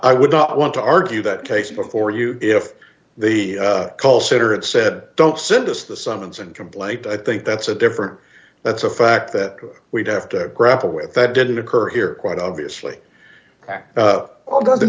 i would not want to argue that case before you if the call center it said don't send us the summons and complaint i think that's a different that's a fact that we'd have to grapple with that didn't occur here quite obviously a